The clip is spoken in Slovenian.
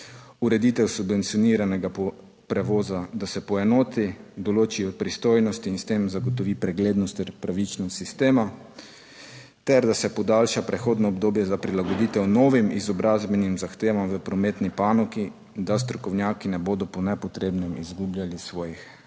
ureditev subvencioniranega prevoza, da se poenoti, določijo pristojnosti in s tem zagotovi preglednost ter pravičnost sistema ter, da se podaljša prehodno obdobje za prilagoditev novim izobrazbenim zahtevam v prometni panogi, da strokovnjaki ne bodo po nepotrebnem izgubljali svojih